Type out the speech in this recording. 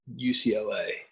UCLA